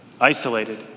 isolated